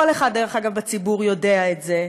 דרך אגב, כל אחד בציבור יודע את זה.